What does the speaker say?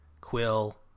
Quill